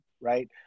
right